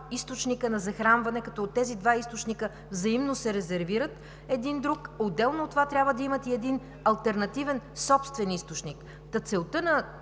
източника на захранване, като тези два източника взаимно се резервират един друг, а отделно от това трябва да имат един алтернативен – собствен източник. Целта на